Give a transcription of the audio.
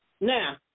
Now